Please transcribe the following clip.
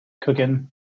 cooking